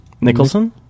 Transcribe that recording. Nicholson